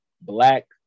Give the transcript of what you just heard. Black